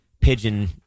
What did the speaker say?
pigeon